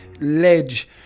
ledge